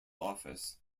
office